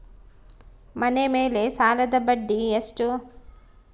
ಮನೆ ಮೇಲೆ ಸಾಲದ ಬಡ್ಡಿ ಎಷ್ಟು?